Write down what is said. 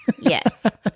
Yes